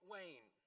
Wayne